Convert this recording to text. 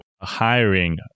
hiring